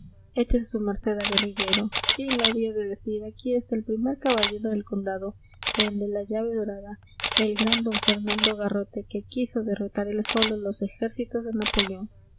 échese su merced a guerrillero quién lo había de decir aquí está el primer caballero del condado el de la llave dorada el gran d fernando garrote que quiso derrotar él solo los ejércitos de napoleón